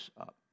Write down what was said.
up